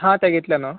हां त्या घेतल्या नं